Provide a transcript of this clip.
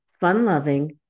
fun-loving